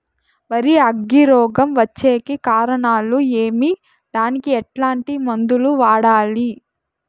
వరి అగ్గి రోగం వచ్చేకి కారణాలు ఏమి దానికి ఎట్లాంటి మందులు వాడాలి?